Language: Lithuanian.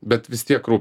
bet vis tiek